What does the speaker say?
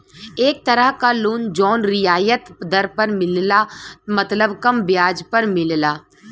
एक तरह क लोन जौन रियायत दर पर मिलला मतलब कम ब्याज पर मिलला